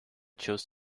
chose